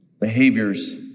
behaviors